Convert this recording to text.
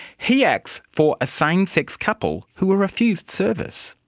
he acts for a same-sex couple who were refused service.